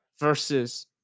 versus